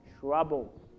trouble